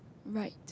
right